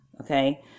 Okay